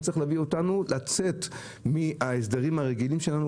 הוא צריך להביא אותנו לצאת מההסדרים הרגילים שלנו